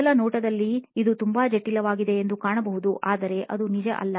ಮೊದಲ ನೋಟದಲ್ಲಿ ಇದು ತುಂಬಾ ಜಟಿಲವಾಗಿದೆ ಎಂದು ಕಾಣಿಸಬಹುದು ಆದರೆ ಅದು ನಿಜ ಅಲ್ಲ